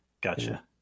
gotcha